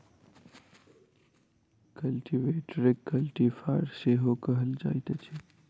कल्टीवेटरकेँ कल्टी फार सेहो कहल जाइत अछि